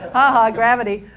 ah ha, gravity.